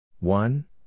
One